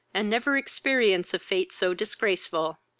and never experience a fate so disgraceful!